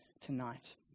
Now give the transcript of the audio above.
tonight